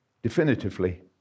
definitively